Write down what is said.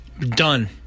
Done